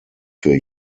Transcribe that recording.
für